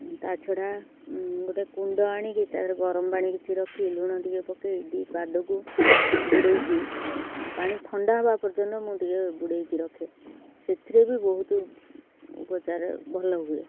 ତା ଛଡ଼ା ଗୋଟେ କୁଣ୍ଡ ଆଣିକି ତା'ଦେହରେ ଗରମ ପାଣି କିଛି ରଖି ଲୁଣ ଟିକେ ପକାଇ ଦୁଇ ପାଦକୁ ବୁଡ଼ାଇକି ପାଣି ଥଣ୍ଡା ହବା ପର୍ଯ୍ୟନ୍ତ ମୁଁ ଟିକେ ବୁଡ଼ାଇକି ରଖେ ସେଥିରେ ବି ବହୁତ ଉପଚାର ଭଲ ହୁଏ